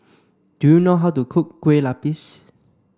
do you know how to cook Kueh Lupis